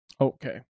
Okay